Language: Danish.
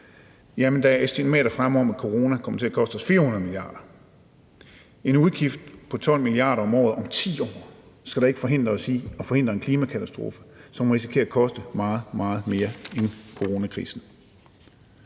Der er estimater fremme om, at coronaen kommer til at koste 400 mia. kr., og en udgift på 12 mia. kr. om året om 10 år skal da ikke forhindre os i at forhindre en klimakatastrofe, som risikerer at koste meget, meget mere end coronakrisen.